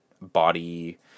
body